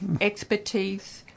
expertise